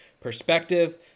perspective